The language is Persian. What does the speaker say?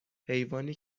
حیوانی